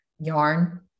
yarn